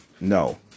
No